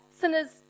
sinners